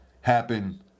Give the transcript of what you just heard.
happen